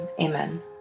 amen